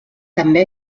també